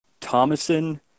Thomason